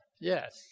Yes